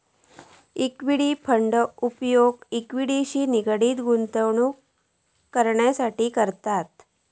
equity fund उपयोग इक्विटीशी निगडीत गुंतवणूक करूक करतत